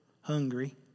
hungry